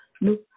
No